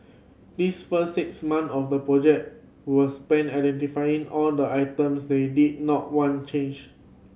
this first six month of the project were spent identifying all the items they did not want change